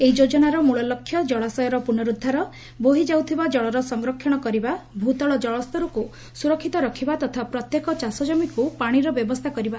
ଏହି ଯୋଜନାର ମୂଳ ଲକ୍ଷ୍ୟ ଜଳାଶୟର ପୁନରୁଦ୍ଧାର ବୋହିଯାଉଥିବା ଜଳର ସଂରକ୍ଷଣ କରିବା ଭୂତଳ ଜଳସ୍ତରକୁ ସୁରକିତ ରଖିବା ତଥା ପ୍ରତ୍ୟେକ ଚାଷଜମିକୁ ପାଶିର ବ୍ୟବସ୍ଚା କରିବା